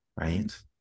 right